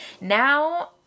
Now